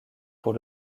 pour